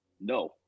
no